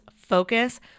focus